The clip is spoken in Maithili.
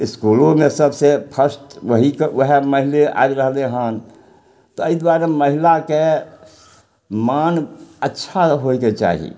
इसकुलोमे सबसँ फर्स्ट वही सब वएह महिले आबि रहलइ हन तै दुआरे महिलाके मान अच्छा होइके चाही